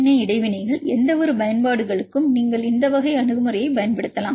ஏ இடைவினைகள் எந்தவொரு பயன்பாடுகளுக்கும் நீங்கள் இந்த வகை அணுகுமுறையைப் பயன்படுத்தலாம்